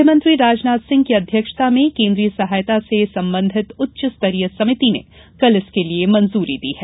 गृहमंत्री राजनाथ सिंह की अध्यक्षता में केन्द्रीय सहायता से सम्बन्धित उच्च स्तरीय समिति र्न इसके लिये मंजूरी दी है